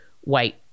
white